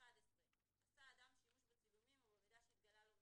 עונשין 11. עשה אדם שימוש בצילומים או במידע שהתגלה לו מהם,